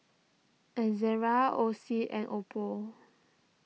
Ezerra Oxy and Oppo